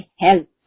health